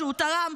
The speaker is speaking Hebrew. שתרם,